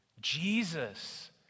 Jesus